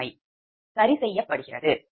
சுமை சரி செய்யப்பட்டது